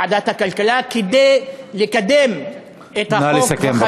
כדי לקדם, נא לסכם.